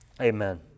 Amen